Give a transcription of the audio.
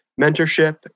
mentorship